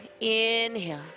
Inhale